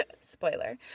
Spoiler